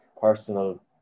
personal